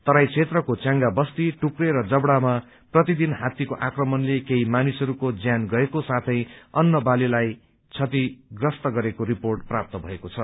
तराई क्षेत्रको च्यांगा बस्ती टुक्रे र जवड़ामा प्रतिदिन हात्तीको आक्रमणले केही मानिसहरूको ज्यान गएको साथै अन्रबालीलाई क्षतिग्रस्त गरेको रिपोर्ट प्राप्त भएके छ